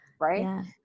right